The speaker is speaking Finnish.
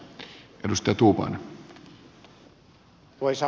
arvoisa puhemies